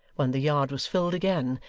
when the yard was filled again,